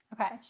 Okay